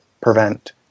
prevent